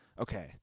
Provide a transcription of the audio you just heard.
okay